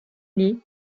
lee